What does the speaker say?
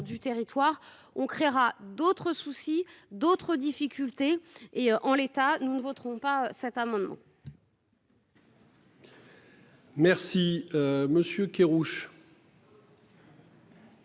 du territoire on créera d'autres soucis, d'autres difficultés, et en l'état, nous ne voterons pas cet amendement.